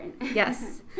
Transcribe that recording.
yes